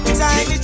time